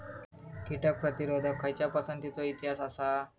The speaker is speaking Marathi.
कीटक प्रतिरोधक खयच्या पसंतीचो इतिहास आसा?